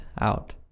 out